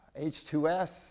H2S